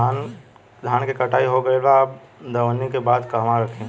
धान के कटाई हो गइल बा अब दवनि के बाद कहवा रखी?